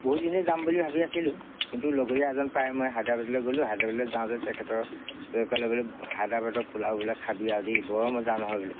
বহুত দিনেই যাম বুলি ভাবি আছিলোঁ কিন্তু লগীয়া এজন পায় মই হায়দৰাবাদলৈ গ'লোঁ হায়দৰাবাদলৈ যাওঁতে তেখেতৰ ক'লে বোলে হায়দৰাবাদৰ পোলাও বোলে খাবি আৰু দেই বৰ মজা নহয় বোলে